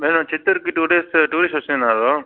madam చిత్తూర్కి two days tourist వచ్చి ఉన్నారు